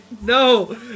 no